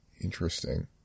Interesting